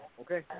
okay